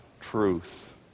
truth